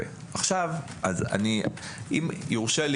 אם יורשה לי